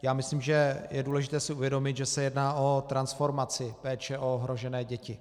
Já myslím, že je důležité si uvědomit, že se jedná o transformaci péče o ohrožené děti.